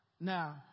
now